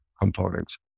components